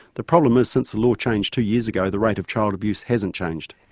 the problem is since the law changed two years ago, the rate of child abuse hasn't changed.